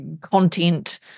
content